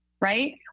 right